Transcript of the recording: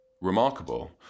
remarkable